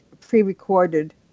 pre-recorded